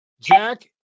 Jack